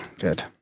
good